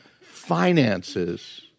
finances